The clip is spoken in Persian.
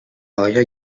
آیا